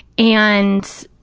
and,